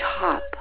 top